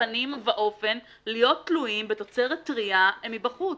פנים ואופן להיות תלויים בתוצרת טרייה מבחוץ.